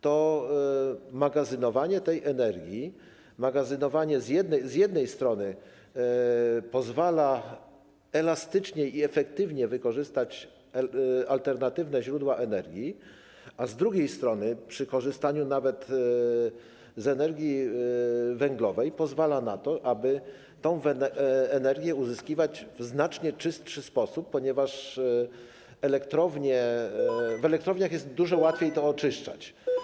To magazynowanie tej energii z jednej strony pozwala elastycznie i efektywnie wykorzystać alternatywne źródła energii, a z drugiej strony przy korzystaniu nawet z energii węglowej pozwala na to, aby tę energię uzyskiwać w znacznie czystszy sposób, ponieważ w elektrowniach jest dużo łatwiej to oczyszczać.